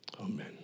amen